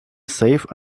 safe